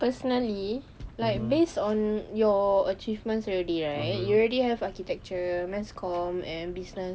personally like based on your achievements already right you already have architecture mass comm and business